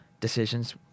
decisions